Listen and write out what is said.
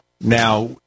Now